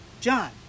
John